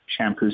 shampoos